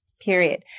Period